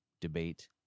debate